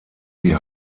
die